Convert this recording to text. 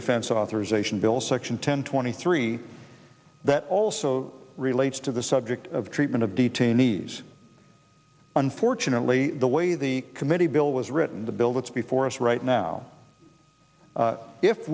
defense authorization bill section ten twenty three that also relates to the subject of treatment of detainees unfortunately the way the committee bill was written the bill that's before us right now